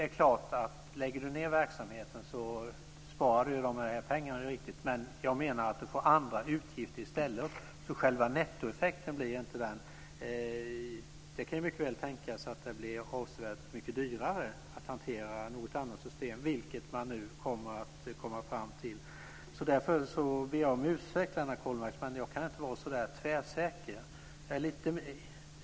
Fru talman! Det är klart att man spar pengarna om man lägger ned verksamheten - det är riktigt. Men jag menar att man får andra utgifter i stället, så själva nettoeffekten blir inte så stor. Det kan mycket väl tänkas att det blir avsevärt mycket dyrare att hantera något annat system - vilket man nu kommer fram till. Därför ber jag om ursäkt, Lennart Kollmats, men jag kan inte vara så tvärsäker.